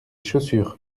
chaussures